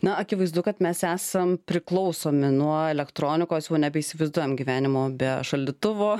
na akivaizdu kad mes esam priklausomi nuo elektronikos jau nebeįsivaizduojam gyvenimo be šaldytuvo